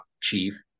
chief